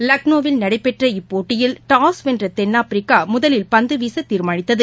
லக்னோவில் நடைபெற்ற இப்போட்டியில் டாஸ்வென்றதென்னாப்பிரிக்காமுதலில் பந்துவீசதீர்மானித்தது